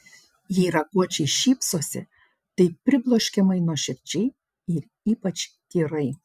jei raguočiai šypsosi tai pribloškiamai nuoširdžiai ir ypač tyrai